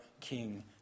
King